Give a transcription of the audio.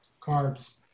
carbs